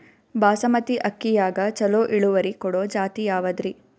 ಬಾಸಮತಿ ಅಕ್ಕಿಯಾಗ ಚಲೋ ಇಳುವರಿ ಕೊಡೊ ಜಾತಿ ಯಾವಾದ್ರಿ?